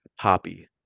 Poppy